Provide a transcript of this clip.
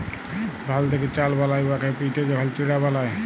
ধাল থ্যাকে চাল বালায় উয়াকে পিটে যখল চিড়া বালায়